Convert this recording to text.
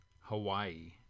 Hawaii